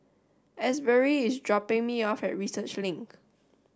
Asbury is dropping me off at Research Link